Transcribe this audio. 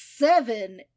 Seven